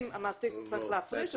אם המעסיק צריך להפריש,